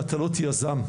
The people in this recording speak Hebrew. מטלות יזם,